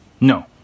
No